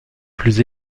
plus